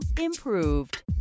improved